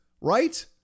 right